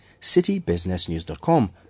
citybusinessnews.com